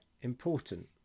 important